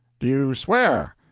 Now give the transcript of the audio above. do you swear?